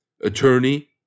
attorney